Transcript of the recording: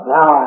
Now